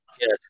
Yes